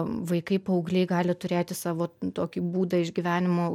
vaikai paaugliai gali turėti savo tokį būdą išgyvenimo